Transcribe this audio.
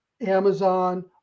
Amazon